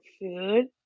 food